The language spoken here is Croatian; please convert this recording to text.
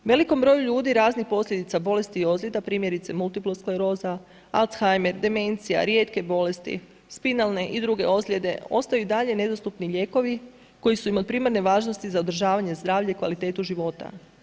Velikom broju ljudi raznih posljedica bolesti i ozljeda, primjerice multiple-skleroza, alzheimer, demencija, rijetke bolest, spinalne i druge ozljede ostaju i dalje nedostupni lijekovi koji su im od primarne važnosti za održavanje zdravlja i kvalitetu života.